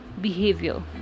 behavior